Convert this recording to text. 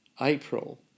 April